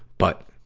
but,